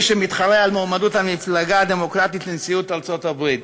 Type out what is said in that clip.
שמתחרה על מועמדות המפלגה הדמוקרטית לנשיאות ארצות-הברית.